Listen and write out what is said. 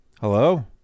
hello